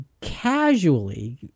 casually